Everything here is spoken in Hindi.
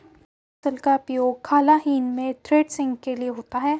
क्या मूसल का उपयोग खलिहान में थ्रेसिंग के लिए होता है?